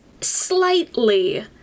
slightly